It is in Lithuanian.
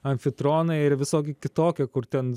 amfitronai ir visoki kitokie kur ten